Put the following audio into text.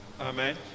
Amen